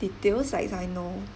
details like I know